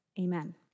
Amen